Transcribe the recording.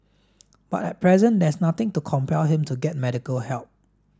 but at present there is nothing to compel him to get medical help